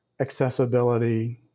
accessibility